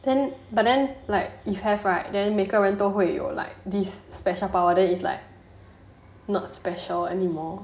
then but then like you have right then 每个人都会有 like this special power is like not special anymore